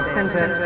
Center